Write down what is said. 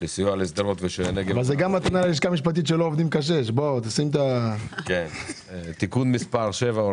לסיוע לשדרות וליישובי הנגב המערבי (הוראת שעה) (תיקון מס' 7),